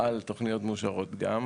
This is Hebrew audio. על תוכניות מאושרות גם,